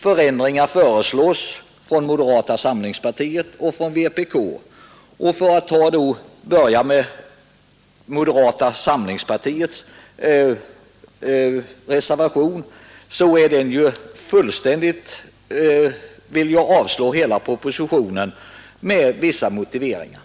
Förändringar föreslås av moderata samlingspartiet och vänsterpartiet kommunisterna. För att börja med moderata samlingspartiets reservation, så vill man där avslå hela propositionen med vissa motiveringar.